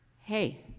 hey